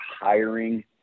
hiring